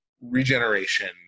Regeneration